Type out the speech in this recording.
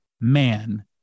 man